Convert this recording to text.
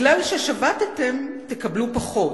מכיוון ששבתם, תקבלו פחות.